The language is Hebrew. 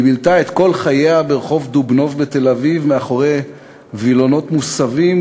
היא בילתה את כל חייה ברחוב דובנוב בתל-אביב מאחורי וילונות מסווים,